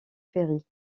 ferry